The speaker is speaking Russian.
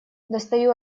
достаю